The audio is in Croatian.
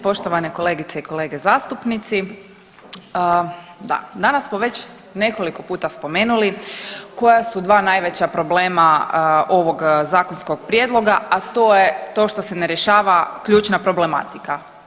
Poštovane kolegice i kolege zastupnici, da, danas smo već nekoliko puta spomenuli koja su dva najveća problema ovog zakonskog prijedloga, a to je to što se ne rješava ključna problematika.